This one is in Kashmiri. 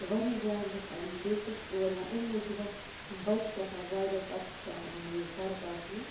تہٕ واریاہن جاین لُکھ بیٚیہِ چھِ أسۍ تور یِوان اَمہِ موٗجوٗبَن یِم بچہِ چھِ آسان زایہِ بچہِ پتہٕ چھُ آسان یِمن یہِ زَرٕ کاسنہِ